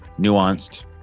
nuanced